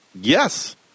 Yes